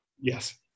Yes